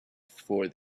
for